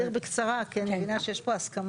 אני אסביר בקצרה, כי אני מבינה שיש פה הסכמות.